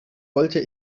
wollte